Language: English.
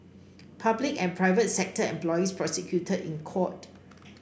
public and private sector employees prosecuted in court